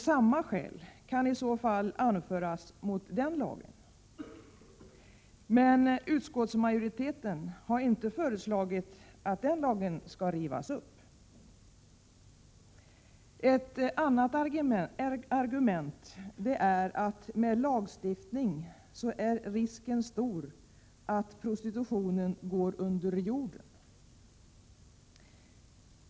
Samma skäl kan i så fall anföras mot denna lag. Men utskottsmajoriteten har inte föreslagit att denna lag skall rivas upp. Ett annat argument är att med lagstiftning är risken stor att prostitutionen går under jorden.